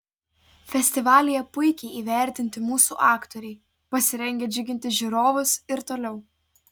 festivalyje puikiai įvertinti mūsų aktoriai pasirengę džiuginti žiūrovus ir toliau